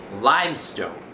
limestone